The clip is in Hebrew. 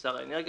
ושר האנרגיה